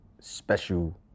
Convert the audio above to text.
special